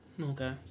Okay